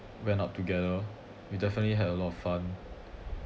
went up together we definitely had a lot of fun